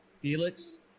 Felix